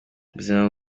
buzima